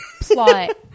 plot